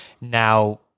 now